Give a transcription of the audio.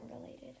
related